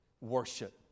worship